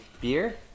Beer